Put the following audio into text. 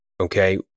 okay